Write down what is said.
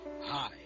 Hi